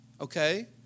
okay